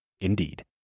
Indeed